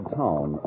town